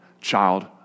child